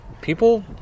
people